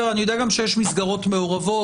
אני יודע גם שיש מסגרות מעורבות.